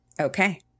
Okay